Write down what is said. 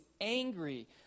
angry